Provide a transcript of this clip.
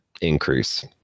increase